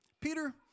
Peter